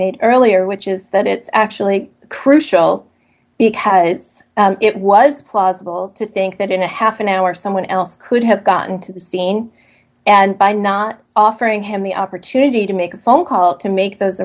made earlier which is that it's actually crucial because it was plausible to think that in a half an hour someone else could have gotten to the scene and by not offering him the opportunity to make a phone call to make those